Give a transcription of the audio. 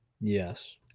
Yes